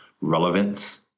relevance